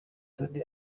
tony